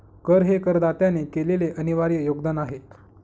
कर हे करदात्याने केलेले अनिर्वाय योगदान आहे